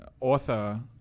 author